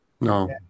No